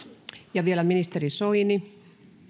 ja vielä ministeri soini